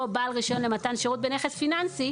"בעל רישיון למתן שירות בנכס פיננסי",